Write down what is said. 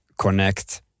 connect